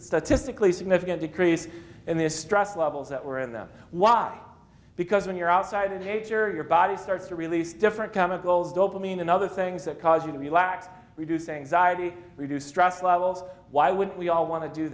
statistically significant decrease in their stress levels that were in them why because when you're outside of nature your body starts to release different chemical dopamine and other things that cause you to the lack reducing diaby reduce stress levels why wouldn't we all want to do